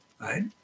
right